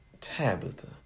Tabitha